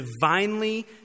divinely